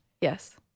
Yes